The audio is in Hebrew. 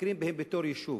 מכירים בהם בתור יישוב.